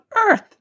earth